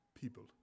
people